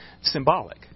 symbolic